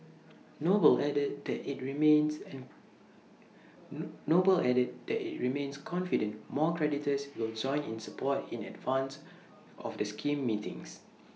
noble added that IT remains and noble added that IT remains confident more creditors will join in support in advance of the scheme meetings